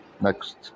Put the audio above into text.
next